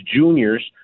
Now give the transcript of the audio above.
juniors